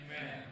Amen